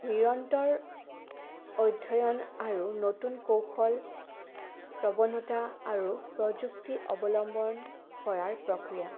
নিৰন্তৰ অধ্যয়ন আৰু নতুন কৌশল প্ৰৱণতা আৰু প্ৰযুক্তি অৱলম্বন কৰাৰ প্ৰক্ৰিয়া